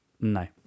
no